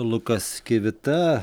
lukas kivita